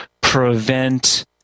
prevent